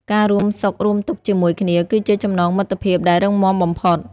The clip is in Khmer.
ការរួមសុខរួមទុក្ខជាមួយគ្នា គឺជាចំណងមិត្តភាពដែលរឹងមាំបំផុត។